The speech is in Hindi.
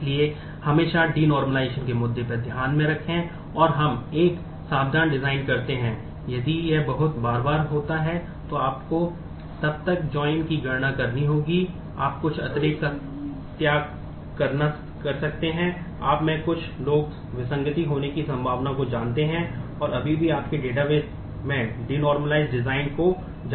इसलिए हमेशा डेनोर्मालिजशन को जानते हैं